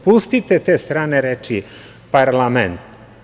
Pustite te strane reči – parlament.